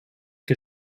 que